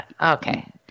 Okay